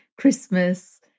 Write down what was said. Christmas